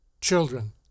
children